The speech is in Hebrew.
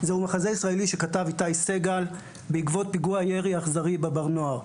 זהו מחזה ישראלי שכתב איתי סגל בעקבות פיגוע הירי האכזרי בבר נוער.